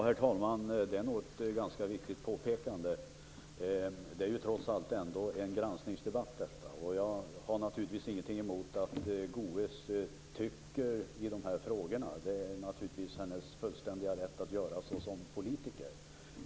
Herr talman! Det är nog ett ganska viktigt påpekande. Det här är trots allt en granskningsdebatt. Jag har naturligtvis ingenting emot att Goës tycker i de här frågorna. Det är naturligtvis hennes fullständiga rätt som politiker att göra det.